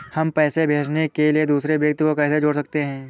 हम पैसे भेजने के लिए दूसरे व्यक्ति को कैसे जोड़ सकते हैं?